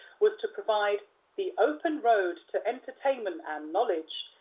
was to provide the open road to entertainment and knowledge,